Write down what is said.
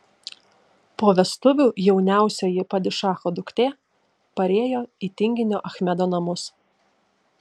po vestuvių jauniausioji padišacho duktė parėjo į tinginio achmedo namus